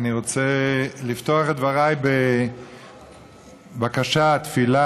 אני רוצה לפתוח את דבריי בבקשה תפילה